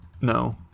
no